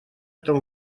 этом